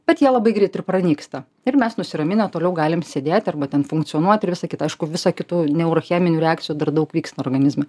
bet jie labai greit ir pranyksta ir mes nusiraminę toliau galim sėdėt arba ten funkcionuot ir visa kita aišku visa kitų neurocheminių reakcijų dar daug vyksta organizme